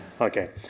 Okay